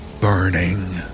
burning